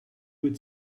would